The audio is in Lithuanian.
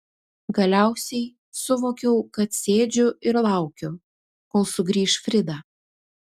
galiausiai suvokiau kad sėdžiu ir laukiu kol sugrįš frida